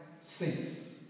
seats